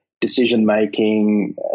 decision-making –